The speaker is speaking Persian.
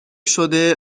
شده